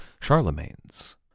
Charlemagne's